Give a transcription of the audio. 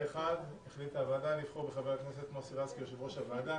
פה אחד החליטה הוועדה לבחור בחבר הכנסת מוסי רז כיושב-ראש הוועדה.